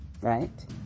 Right